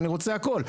ואני רוצה הכול,